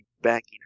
backing